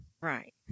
right